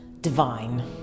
divine